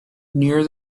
near